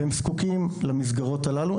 והם זקוקים למסגרות הללו.